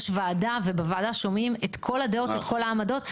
יש וועדה ובוועדה שומעים את כל הדעות ואת כל העמדות.